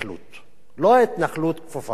ולא ההתנחלות כפופה לחוק.